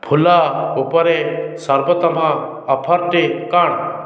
ଫୁଲ ଉପରେ ସର୍ବୋତ୍ତମ ଅଫର୍ଟି କ'ଣ